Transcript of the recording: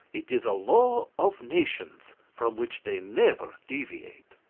it is a law of nations from which they never deviate.